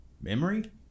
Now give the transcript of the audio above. Memory